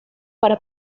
para